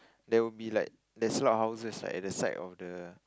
there will be like there's a lot houses like at the side of the